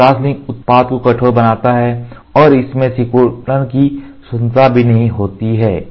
यह क्रॉसलिंक उत्पाद को कठोर बनाता है और इसमें सिकुड़न की स्वतंत्रता भी नहीं होती है